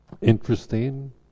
interesting